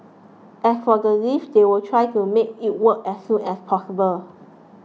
as for the lift they will try to make it work as soon as possible